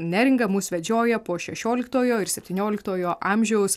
neringa mus vedžioja po šešioliktojo ir septynioliktojo amžiaus